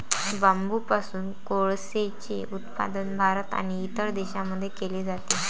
बांबूपासून कोळसेचे उत्पादन भारत आणि इतर देशांमध्ये केले जाते